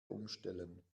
umstellen